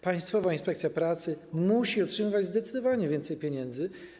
Państwowa Inspekcja Pracy musi otrzymywać zdecydowanie więcej pieniędzy.